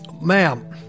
Ma'am